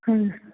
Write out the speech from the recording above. ਹਾਂਜੀ